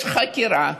יש חקירה.